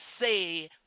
say